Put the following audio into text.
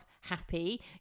happy